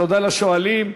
תודה לשואלים.